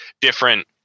different